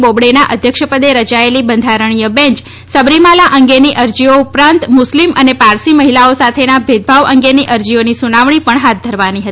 બોબડેના અધ્યક્ષ પદે રચાયેલી બંધારણીય બેંચ સબરીમાલા અંગેની અરજીઓ ઉપરાંત મુસ્લિમ અને પારસી મહિલાઓ સાથેના ભેદભાવ અંગેની અરજીઓની સુનાવણી પણ હાથ ધરવાની હતી